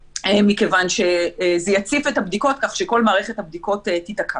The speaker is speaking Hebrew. מכיוון שזה יציף את הבדיקות כך שכל מערכת הבדיקות תיתקע.